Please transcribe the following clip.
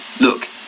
look